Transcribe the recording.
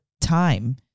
time